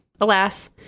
alas